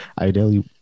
ideally